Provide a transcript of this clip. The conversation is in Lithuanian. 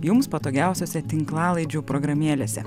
jums patogiausiose tinklalaidžių programėlėse